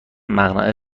مقنعه